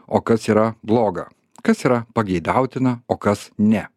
o kas yra bloga kas yra pageidautina o kas ne